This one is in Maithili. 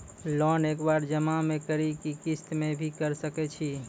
लोन एक बार जमा म करि कि किस्त मे भी करऽ सके छि?